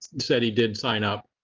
said he did sign up.